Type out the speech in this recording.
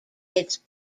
its